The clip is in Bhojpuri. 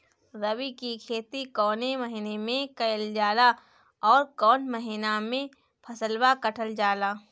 रबी की खेती कौने महिने में कइल जाला अउर कौन् महीना में फसलवा कटल जाला?